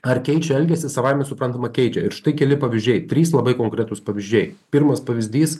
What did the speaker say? ar keičia elgesį savaime suprantama keičia ir štai keli pavyzdžiai trys labai konkretūs pavyzdžiai pirmas pavyzdys